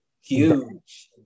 huge